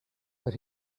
but